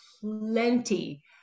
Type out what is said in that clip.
plenty